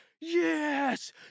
yes